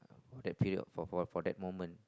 that period for a while for that moment